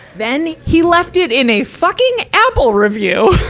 then, he left it in a fucking apple review.